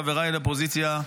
חבריי לאופוזיציה,